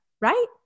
right